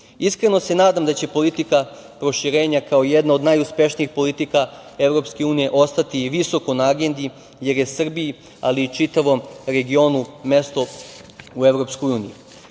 se nadam da će politika proširenja, kao jedana od najuspešnijih politika Evropske unije ostati i visoko na agendi, jer je Srbiji, ali i čitavom regionu mesto u Evropskoj uniji.